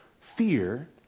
fear